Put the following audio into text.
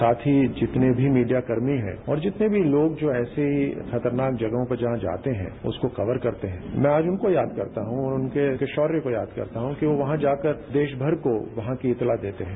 साथ ही जितने भी मीडियाकर्मी है और जितने भी लोग जो ऐसी खतरनाक जगहों पर जहां जाते हैं उसको कवर करते हैं मैं आज उनको याद करता हूं उनके शौर्य को याद करता हूं कि यो वहां जाकर देरामर को वहां की खबर देते है